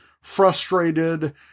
frustrated